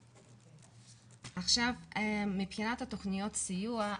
עכשיו, מבחינת התכניות לסיוע.